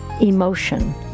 emotion